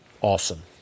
Awesome